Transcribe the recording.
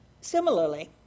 Similarly